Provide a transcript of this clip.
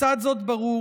לצד זאת, ברור